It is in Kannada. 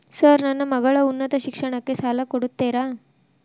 ಸರ್ ನನ್ನ ಮಗಳ ಉನ್ನತ ಶಿಕ್ಷಣಕ್ಕೆ ಸಾಲ ಕೊಡುತ್ತೇರಾ?